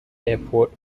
airport